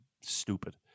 stupid